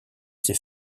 ses